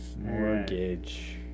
Mortgage